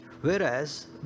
Whereas